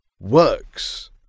works